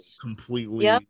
completely